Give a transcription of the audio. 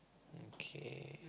okay